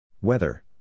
Weather